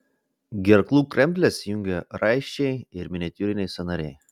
gerklų kremzles jungia raiščiai ir miniatiūriniai sąnariai